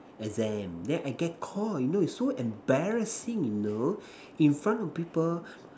exam then I get caught you know is so embarrassing you know in front of people